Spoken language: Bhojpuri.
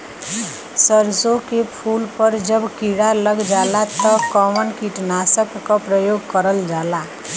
सरसो के फूल पर जब किड़ा लग जाला त कवन कीटनाशक क प्रयोग करल जाला?